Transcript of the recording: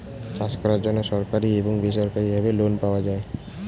চাষ করার জন্য সরকারি এবং বেসরকারিভাবে লোন পাওয়া যায়